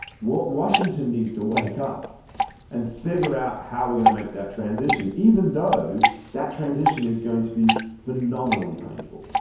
what washington needs to wake up and figure out how we're going to make that transition, even though that transition is going to be phenomenally painful.